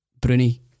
Bruni